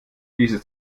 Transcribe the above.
dieses